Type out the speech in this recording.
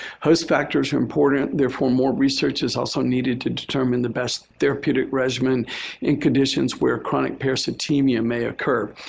host factors are important. therefore more research is also needed to determine the best therapeutic regimen in conditions where chronic parasitemia may occur.